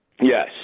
Yes